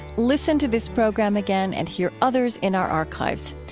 listen to this program again and hear others in our archives.